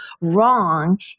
wrong